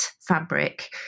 fabric